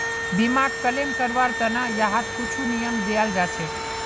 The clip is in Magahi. बीमाक क्लेम करवार त न यहात कुछु नियम दियाल जा छेक